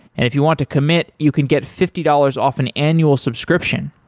if you want to commit you can get fifty dollars off an annual subscription.